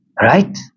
Right